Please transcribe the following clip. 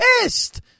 pissed